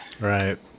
Right